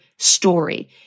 story